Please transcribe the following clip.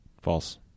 False